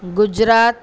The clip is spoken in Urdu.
گجرات